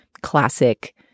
classic